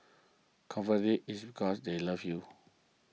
conversely it's because they love you